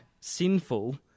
sinful